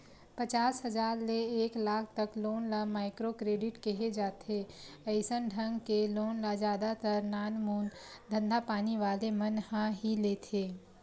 पचास हजार ले एक लाख तक लोन ल माइक्रो क्रेडिट केहे जाथे अइसन ढंग के लोन ल जादा तर नानमून धंधापानी वाले मन ह ही लेथे